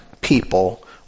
people